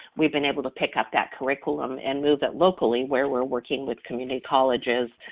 we've been able to pick up that curriculum, and move it locally where we're working with community colleges,